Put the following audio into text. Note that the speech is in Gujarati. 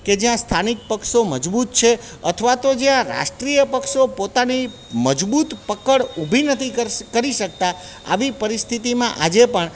કે જ્યાં સ્થાનિક પક્ષો મજબૂત છે અથવા તો જ્યાં રાષ્ટ્રિય પક્ષો પોતાની મજબૂત પકડ ઊભી નથી ક કરી શકતા આવી પરિસ્થિતિમાં આજે પણ